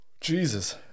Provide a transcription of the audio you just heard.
Jesus